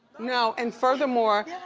no and furthermore,